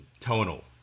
tonal